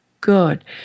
good